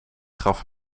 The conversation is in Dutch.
gaf